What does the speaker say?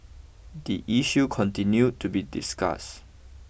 the issue continue to be discussed